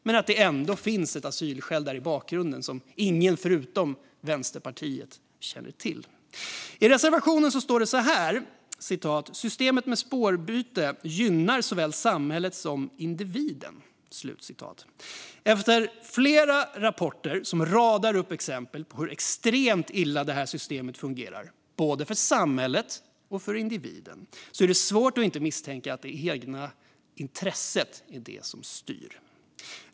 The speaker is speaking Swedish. Men tydligen finns det ändå ett asylskäl i bakgrunden som ingen utom Vänsterpartiet känner till. I reservationen står det: "Systemet med spårbyte gynnar såväl samhället som individen." Men efter flera rapporter som radar upp exempel på hur extremt illa detta system fungerar för både samhället och individen är det svårt att inte misstänka att det egna intresset är det som styr.